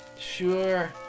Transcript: Sure